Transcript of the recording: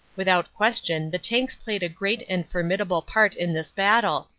vithout question the tanks played a great and formid able part in this battle,